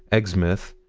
exmouth,